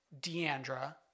Deandra